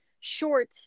short